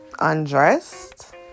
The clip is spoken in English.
undressed